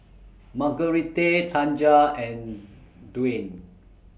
Margurite Tanja and Dwayne